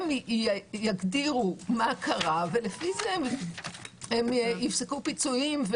הם יגדירו מה קרה, ולפי זה הם יפסקו פיצויים.